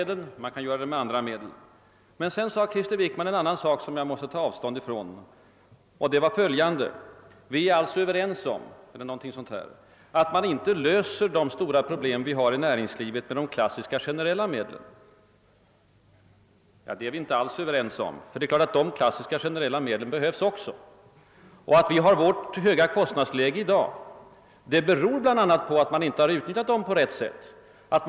Det kan man göra med de åtgärder som jag talat om och även med andra medel, och jag måste ta bestämt avstånd från herr Wickmans påstående, att vi skulle vara överens om att man inte löser de stora problem som finns i näringslivet med klassiska generella medel. Nej, det är vi inte alls överens om. De klassiska generella medlen behövs självfallet också. Vårt nuvarande höga kostnadsläge beror bl.a. på att man inte utnyttjat dessa medel på ett riktigt sätt.